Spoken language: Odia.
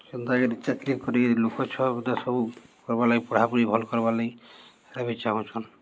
କେନ୍ତାକରି ଚାକ୍ରି କରି ଲୋକ ଛୁଆ ପୁତା ସବୁ କର୍ବାର୍ ଲାଗି ପଢ଼ାପଢ଼ି ଭଲ୍ କର୍ବାର୍ ଲାଗି ବି ଚାହୁଁଛନ୍